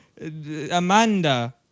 Amanda